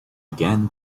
again